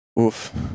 oof